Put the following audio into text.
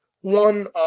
one